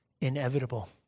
inevitable